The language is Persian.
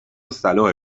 صلاح